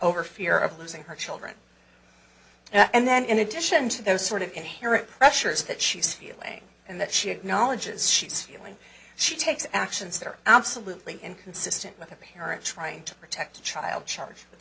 over fear of losing her children and then in addition to those sort of inherent pressures that she's feeling and that she acknowledges she's feeling she takes actions that are absolutely inconsistent with a parent trying to protect a child charged with